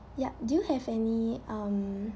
yup do you have any um